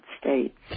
States